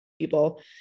people